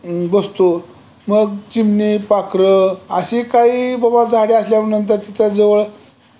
बसतो मग चिमणी पाखरं अशी काही बाबा झाडे असल्यानंतर तिथं जवळ